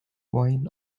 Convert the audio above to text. wine